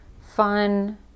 fun